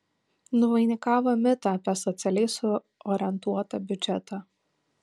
nuvainikavo mitą apie socialiai suorientuotą biudžetą